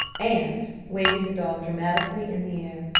and, waving the doll dramatically in the air,